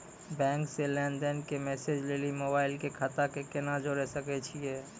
Bank से लेंन देंन के मैसेज लेली मोबाइल के खाता के केना जोड़े सकय छियै?